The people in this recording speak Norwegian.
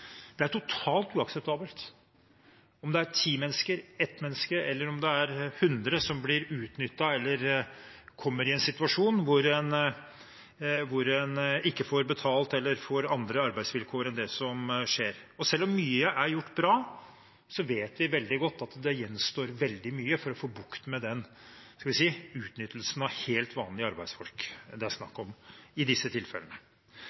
Det er totalt uakseptabelt, enten det er ti mennesker, ett menneske eller hundre mennesker som blir utnyttet eller kommer i en situasjon hvor en ikke får betalt, eller får andre arbeidsvilkår enn det en skal ha. Selv om mye er gjort bra, vet vi veldig godt at det gjenstår veldig mye for å få bukt med den utnyttelsen av helt vanlige arbeidsfolk det er snakk om i disse tilfellene.